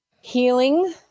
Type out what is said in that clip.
healing